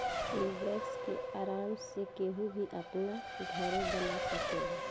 इ वैक्स के आराम से केहू भी अपना घरे बना सकेला